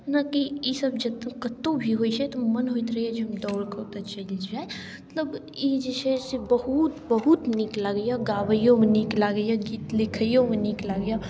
नहि कि ई सब जतऽ कतहुँ भी होइत रहैत छै तऽ मन होइत रहैए जे दौड़ कऽ ओतए चलि जाइ मतलब ई जे छै से बहुत बहुत नीक लागैए गाबैयोमे नीक लागैए गीत लिखैओमे नीक लागैए